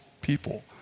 people